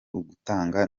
ugutanga